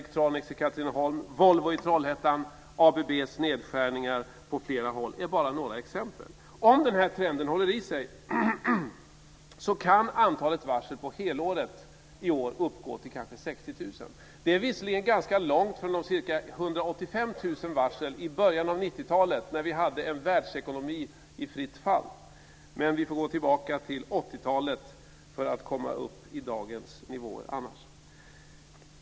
Katrineholm, Volvo i Trollhättan och ABB:s nedskärningar på flera håll är bara några exempel. Om den här trenden håller i sig kan antalet varsel på helåret i år uppgå till kanske 60 000. Det är visserligen ganska långt från de ca 185 000 varslen i början av 90-talet, när vi hade en världsekonomi i fritt fall. Men vi får annars gå tillbaka till 80-talet för att komma upp i dagens nivåer.